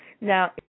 Now